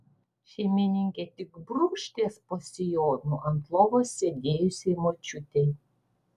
šeimininkė tik brūkšt jas po sijonu ant lovos sėdėjusiai močiutei